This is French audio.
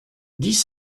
dix